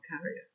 carrier